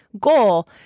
goal